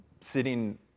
sitting